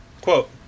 quote